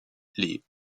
les